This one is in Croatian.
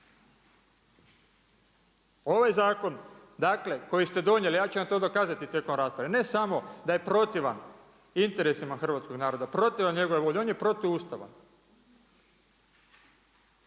Ovaj zakon, koji ste donijeli, ja ću vam to dokazati tijekom rasprave, ne samo da je protivan interesima hrvatskim naroda, protivan njegove volje, on je protu Ustava.